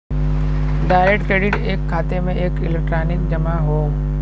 direct credit एक खाते में एक इलेक्ट्रॉनिक जमा हौ